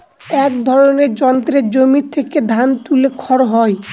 এক ধরনের যন্ত্রে জমি থেকে ধান তুলে খড় হয়